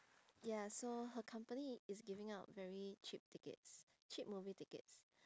ya so her company is giving out very cheap tickets cheap movie tickets